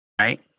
Right